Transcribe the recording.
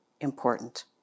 important